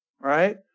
right